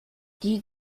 die